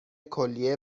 کلیه